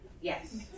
Yes